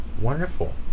wonderful